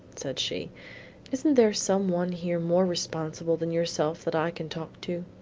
said she isn't there some one here more responsible than yourself that i can talk to?